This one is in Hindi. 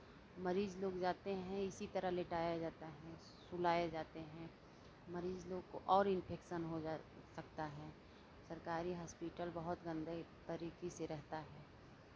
मरीज़ लोग जाते हैं इसी तरह लिटाया जाता है सुलाए जाते हैं मरीज़ लोग को और इन्फेक्शन हो जा सकता है सरकारी हॉस्पिटल बहुत गंदे तरीके से रहता है